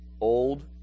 old